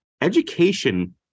education